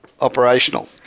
operational